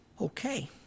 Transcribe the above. Okay